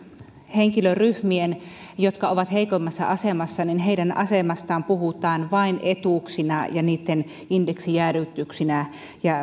henkilöryhmien jotka ovat heikoimmassa asemassa asemasta puhutaan vain etuuksina ja niitten indeksijäädytyksinä